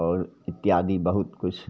आओर इत्यादि बहुत किछु